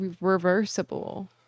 reversible